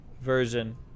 version